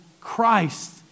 Christ